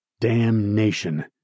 Damnation